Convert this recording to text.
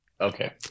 Okay